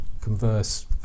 converse